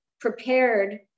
prepared